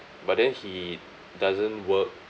but then he doesn't work